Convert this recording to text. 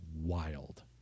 wild